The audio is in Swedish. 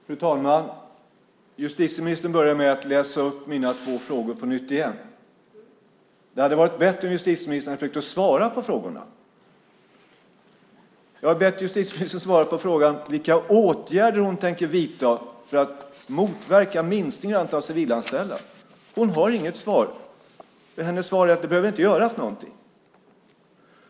Fru talman! Justitieministern börjar med att läsa upp mina två frågor på nytt. Det hade varit bättre om justitieministern hade försökt svara på frågorna. Jag har bett justitieministern svara på frågan vilka åtgärder hon tänker vidta för att motverka minskningen av antalet civilanställda. Hon har inget svar - hennes svar är att det inte behöver göras någonting.